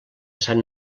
sant